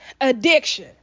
addiction